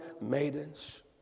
maidens